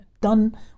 done